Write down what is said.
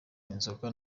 inzoga